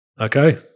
Okay